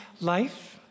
life